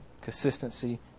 consistency